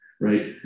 right